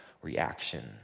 reaction